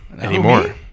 anymore